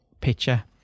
picture